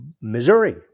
Missouri